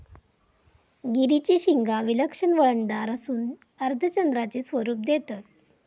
गिरीची शिंगा विलक्षण वळणदार असून अर्धचंद्राचे स्वरूप देतत